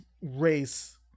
race